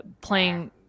playing